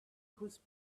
whose